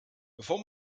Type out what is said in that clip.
bevor